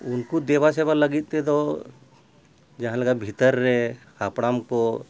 ᱩᱱᱠᱩ ᱫᱮᱵᱟ ᱥᱮᱵᱟ ᱞᱟᱹᱜᱤᱫ ᱛᱮᱫᱚ ᱡᱟᱦᱟᱸ ᱞᱮᱠᱟ ᱵᱷᱤᱛᱟᱹᱨ ᱨᱮ ᱦᱟᱯᱲᱟᱢ ᱠᱚ